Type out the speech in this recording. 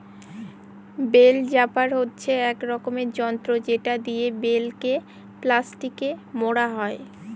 bell wrapper হচ্ছে এক রকমের যন্ত্র যেটা দিয়ে বেল কে প্লাস্টিকে মোড়া হয়